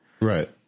Right